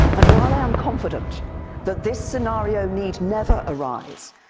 and while i am confident that this scenario need never arise,